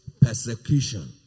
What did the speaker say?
persecution